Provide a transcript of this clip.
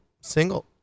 single